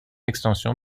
extension